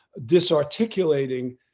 disarticulating